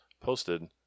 posted